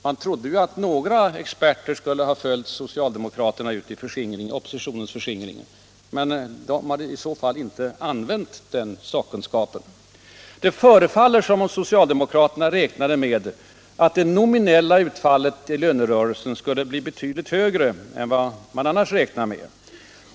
Man trodde ju att några experter skulle ha följt socialdemokraterna ut i oppositionens förskingring, men i så fall har man inte använt den sakkunskapen. Det förefaller som om socialdemokraterna räknat med att det nominella utfallet i lönerörelsen skulle bli betydligt högre än vad man annars räknar med.